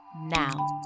now